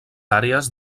àrees